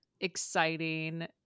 exciting